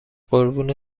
قربون